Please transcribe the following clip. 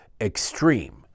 extreme